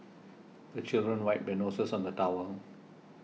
the children wipe their noses on the towel